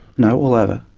no, all over,